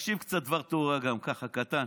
תקשיב קצת לדבר תורה גם, ככה קטן,